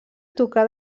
tocar